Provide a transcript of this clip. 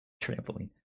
trampoline